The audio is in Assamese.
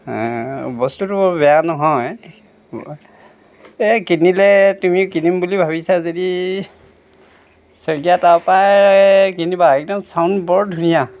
বস্তুটো বৰ বেয়া নহয় এই কিনিলে তুমি কিনিম বুলি ভাবিছা যদি শইকীয়া তাৰপৰাই কিনিবা একদম চাউণ্ড বৰ ধুনীয়া